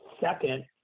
second